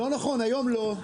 לא נכון, היום לא.